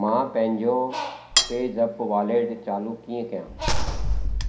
मां पंहिंजो PayZapp वॉलेटु चालू कीअं करियां